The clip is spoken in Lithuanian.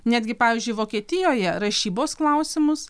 netgi pavyzdžiui vokietijoje rašybos klausimus